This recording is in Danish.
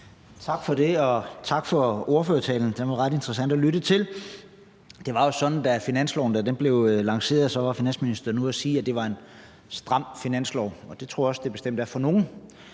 Tak for det, og tak for ordførertalen. Den var ret interessant at lytte til. Det var jo sådan, at finansministeren, da finansloven blev lanceret, var ude at sige, at det var en stram finanslov, og det tror jeg bestemt også den er for nogle.